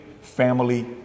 family